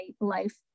life